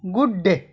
good day